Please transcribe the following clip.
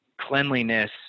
cleanliness